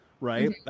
right